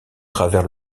travers